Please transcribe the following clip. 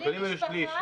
בלי משפחה,